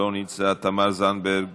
לא נמצא, תמר זנדברג